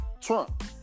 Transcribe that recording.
Trump